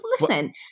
listen